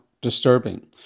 disturbing